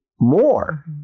more